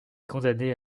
condamné